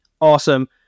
Awesome